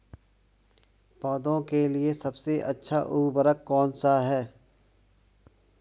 पौधों के लिए सबसे अच्छा उर्वरक कौन सा है?